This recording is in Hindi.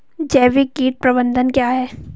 जैविक कीट प्रबंधन क्या है?